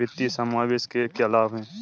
वित्तीय समावेशन के क्या लाभ हैं?